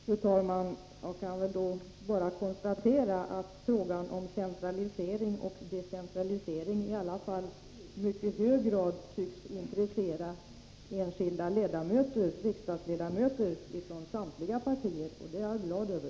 Fru talman! Jag kan då bara konstatera att frågan om centralisering och decentralisering i alla fall i mycket hög grad tycks intressera enskilda riksdagsledamöter från samtliga partier. Det är jag glad över.